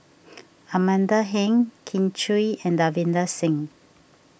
Amanda Heng Kin Chui and Davinder Singh